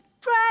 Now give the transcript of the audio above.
pray